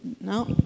No